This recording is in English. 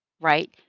right